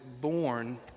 born